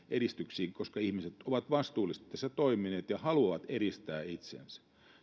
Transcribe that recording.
eristyksiin koska ihmiset ovat vastuullisesti tässä toimineet ja haluavat eristää itsensä